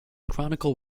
chronicle